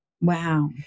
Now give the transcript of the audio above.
Wow